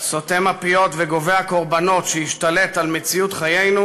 סותם הפיות וגובה הקורבנות שהשתלט על מציאות חיינו,